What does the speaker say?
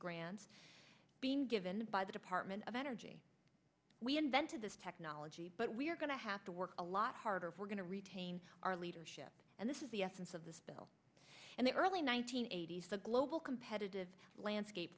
grants being given by the department of energy we invented this technology but we're going to have to work a lot harder we're going to retain our leadership and this is the essence of this bill and the early one nine hundred eighty s the global competitive landscape